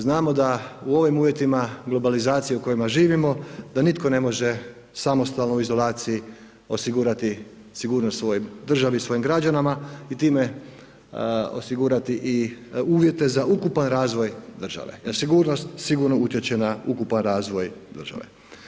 Znamo da u ovim uvjetima globalizacije u kojima živimo, da nitko ne može u samostalnoj izolaciji osigurati sigurnost svojoj državi i svojim građanima i time osigurati i uvjete za ukupan razvoj države jer sigurnost sigurno utječe na ukupan razvoj države.